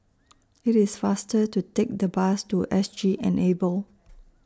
IT IS faster to Take The Bus to S G Enable